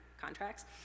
contracts